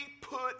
put